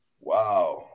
Wow